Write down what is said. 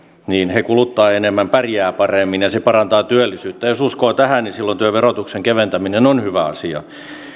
he kuluttavat enemmän pärjäävät paremmin ja se parantaa työllisyyttä jos uskoo tähän niin silloin työn verotuksen keventäminen on hyvä asia